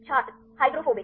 छात्र हाइड्रोफोबिक